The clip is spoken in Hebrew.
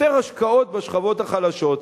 ויותר השקעות בשכבות החלשות.